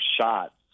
shots